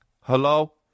Hello